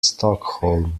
stockholm